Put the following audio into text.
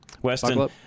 Weston